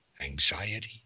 anxiety